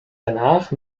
danach